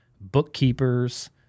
bookkeepers